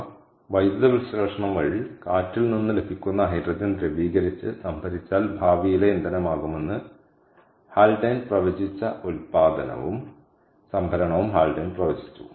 അതിനാൽ വൈദ്യുതവിശ്ലേഷണം വഴി കാറ്റിൽ നിന്ന് ലഭിക്കുന്ന ഹൈഡ്രജൻ ദ്രവീകരിച്ച് സംഭരിച്ചാൽ ഭാവിയിലെ ഇന്ധനമാകുമെന്ന് ഹാൽഡെയ്ൻ പ്രവചിച്ച ഉൽപാദനവും സംഭരണവും ഹാൽഡെയ്ൻ പ്രവചിച്ചു